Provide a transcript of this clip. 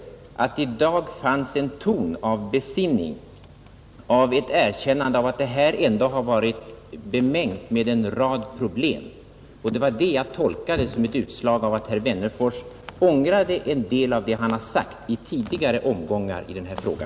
I dag fanns i hans anförande en ton av besinning och ett erkännande av att frågan ändå är bemängd med en rad problem, Det var detta jag tog som ett tecken på att herr Wennerfors ångrade en del av vad han sagt i tidigare omgångar i denna fråga.